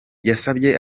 yasabye